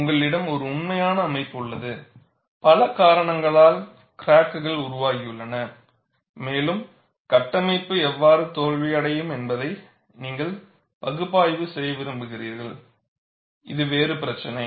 உங்களிடம் ஒரு உண்மையான அமைப்பு உள்ளது பல காரணங்களால் கிராக்குகள் உருவாகியுள்ளன மேலும் கட்டமைப்பு எவ்வாறு தோல்வியடையும் என்பதை நீங்கள் பகுப்பாய்வு செய்ய விரும்புகிறீர்கள் இது வேறு பிரச்சினை